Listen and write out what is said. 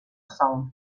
sol